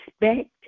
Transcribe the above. respect